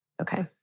Okay